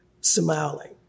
smiling